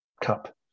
cup